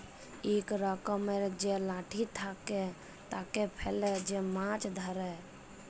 ইক রকমের যে লাঠি থাকে, তাকে ফেলে যে মাছ ধ্যরে